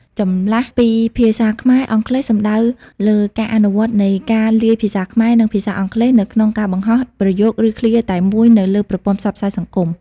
ចម្លាស់ពីភាសាខ្មែរ-អង់គ្លេស សំដៅលើការអនុវត្តនៃការលាយភាសាខ្មែរ និងភាសាអង់គ្លេស នៅក្នុងការបង្ហោះ ប្រយោគ ឬឃ្លាតែមួយនៅលើប្រព័ន្ធផ្សព្វផ្សាយសង្គម។